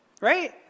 Right